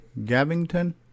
Gavington